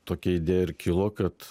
tokia idėja ir kilo kad